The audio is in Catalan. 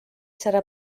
serà